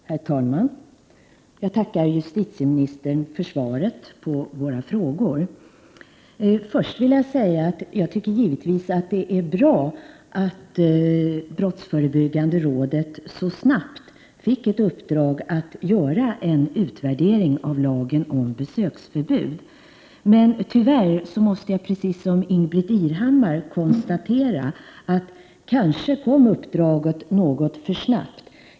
Herr talman! Jag tackar justitieministern för svaret på våra frågor. Först vill jag säga att jag givetvis tycker det är bra att brottsförebyggande rådet så snabbt fick ett uppdrag att göra en utvärdering av lagen om besöksförbud. Tyvärr måste jag precis som Ingbritt Irhammar konstatera att uppdraget kanske kom för snabbt.